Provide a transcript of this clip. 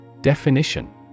Definition